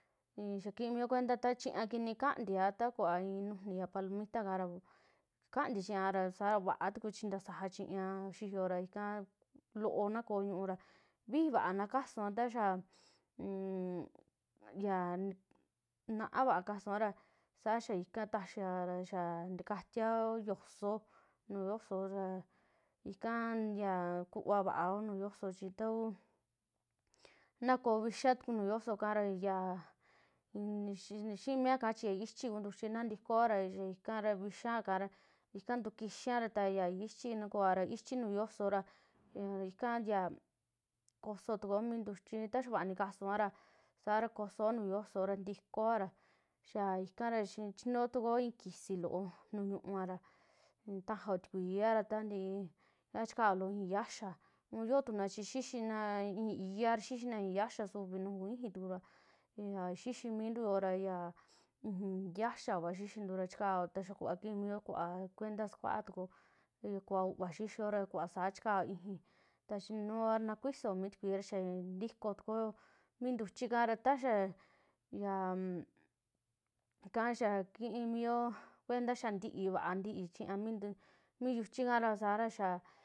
I'i xaa kiimio kuenta ni kantia ta kuvaa i'i nujni palimita kaa, ra kantii chiñaara ta va'a tuku chii ntasaja chiñaa ya xiiyo, ra ika loo na koo ñu'u ra vijii vaa na kasuua ta xaa nmm ya naa vaa kasua ra saa ta xaa ika taxia ra xaa ntakatia yoso'o, nuju yoso'o, ra ika ya kuvaa vao nuju yoso'o, chi ta kuu naa koo vixiia tuku nuju yos'o ika ra yaa xiimia ika chi yaa ichi kuu ntuchi. na ntikooa ra ikara vixiia kara ika ntuu kixiia ta yaa ichii na kooa ra ichi nujuu yo'oso, ra ika ya koso'o toko ntuchi ta vaa nikasua saa ra kosooa ra ntikooa ya ika, ra chintukuo kisii lo'o nu ñu'u va ra ntasajao tikui ra ntantii ika chikao loo ijii yaxaa, un yoo tuna chi xixinaa ijii iyaa, xixinaa ijii yaxaa, su uvi nuju ku tu ijii tuku, ra ya xixii mintu yo'o ya ijii yaxaa kua xixintu, chikao ya kii mio kuenta kuva uvaa xixio, ra kuvaa saa chikao ijii ta chinuoa na kuiso mi tikui mi tikui ya ntikoo tukuo mi ntuchi kaa, nta xaa yaa ika yaa kiyoo kuenta xaa ntii vaa, ntii chiñaa mi ntu yuchi kaa saa ra xaa.